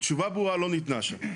תשובה ברורה לא ניתנה שם.